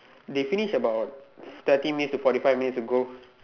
they finish about thirty minutes to forty five minutes ago